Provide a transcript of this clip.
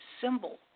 symbol